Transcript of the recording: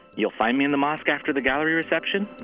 you'll find me in the mosque after the gallery reception,